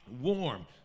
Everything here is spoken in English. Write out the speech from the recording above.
Warm